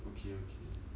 okay okay